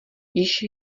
již